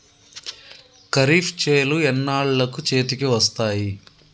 ఖరీఫ్ చేలు ఎన్నాళ్ళకు చేతికి వస్తాయి?